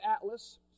Atlas